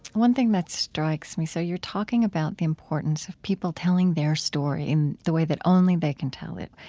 one thing that strikes me, so you're talking about the importance of people telling their story in the way that only they can tell it.